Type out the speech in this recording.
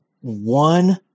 one